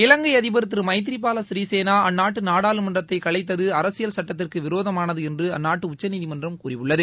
இவங்கை அதிபர் திரு அமைத்ரிபால சிறிசேனா அந்நாட்டு நாடாளுமன்றத்தை கலைத்தது அரசியல் சட்டத்திற்கு விரோதமானது என்று அந்நாட்டு உச்சநீதிமன்றம் கூறியுள்ளது